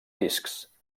discs